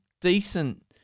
decent